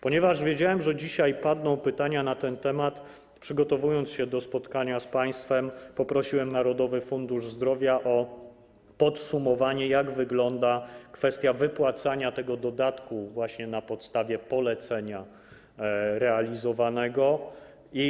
Ponieważ wiedziałem, że dzisiaj padną pytania na ten temat, przygotowując się do spotkania z państwem, poprosiłem Narodowy Fundusz Zdrowia o podsumowanie, jak wygląda kwestia wypłacania tego dodatku na podstawie realizowanego polecenia.